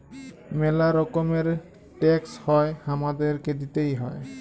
ম্যালা রকমের ট্যাক্স হ্যয় হামাদেরকে দিতেই হ্য়য়